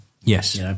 Yes